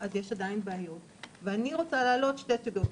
אז יש עדיין בעיות ואני רוצה להעלות שתי סוגיות.